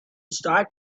start